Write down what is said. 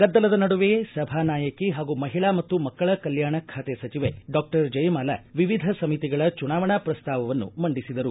ಗದ್ದಲದ ನಡುವೆಯೇ ಸಭಾ ನಾಯಕಿ ಹಾಗೂ ಮಹಿಳಾ ಮತ್ತು ಮಕ್ಕಳ ಕಲ್ಕಾಣ ಖಾತೆ ಸಚಿವೆ ಡಾಕ್ಟರ್ ಜಯಮಾಲಾ ವಿವಿಧ ಸಮಿತಿಗಳ ಚುನಾವಣಾ ಪ್ರಸ್ತಾವವನ್ನು ಮಂಡಿಸಿದರು